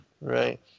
Right